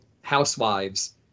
housewives